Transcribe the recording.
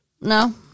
No